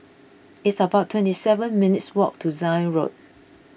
it's about twenty seven minutes' walk to Zion Road